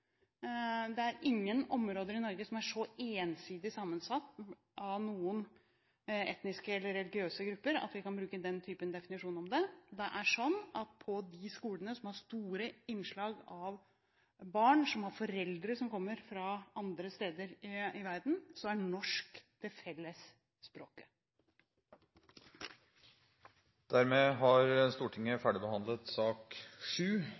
er så ensidig sammensatt av noen etniske eller religiøse grupper at vi kan bruke den typen definisjon om det. Det er sånn at på de skolene som har store innslag av barn som har foreldre som kommer fra andre steder i verden, er norsk det felles språket. Debatten i sak